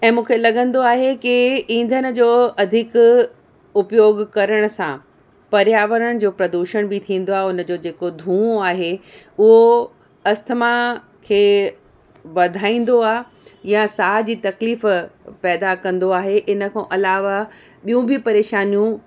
ऐं मूंखे लॻंदो आहे कि ईंधन जो अधिक उपयोग करण सां पर्यावरण जो प्रदूषण बि थींदो आहे उनजो जेको धूंओं आहे उहो अस्थमा खे वधाईंदो आहे या साह जी तकलीफ़ पैदा कंदो आहे इन खां अलावा ॿियूं बि परेशानियूं